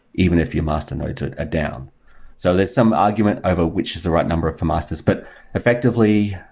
even if your master nodes are ah down so there's some argument over which is the right number for masters. but effectively,